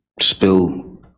spill